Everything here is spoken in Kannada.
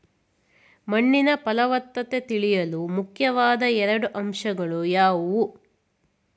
ಮಣ್ಣಿನ ಫಲವತ್ತತೆ ತಿಳಿಯಲು ಮುಖ್ಯವಾದ ಎರಡು ಅಂಶಗಳು ಯಾವುವು?